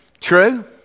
True